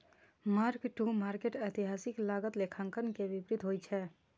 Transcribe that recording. mark to market एतिहासिक लागत लेखांकन के विपरीत होइ छै